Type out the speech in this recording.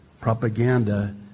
Propaganda